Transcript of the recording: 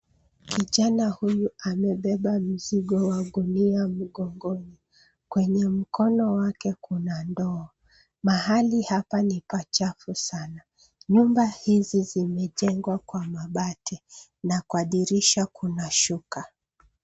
Kijana huyu amebeba mzigo wa gunia mgongoni. Kwenye mkono wake kuna ndoo. Mahali hapa ni pachafu sana. Nyumba hizi zimejengwa kwa mabati na kwa dirisha kuna shuka.